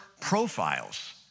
profiles